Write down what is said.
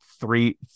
three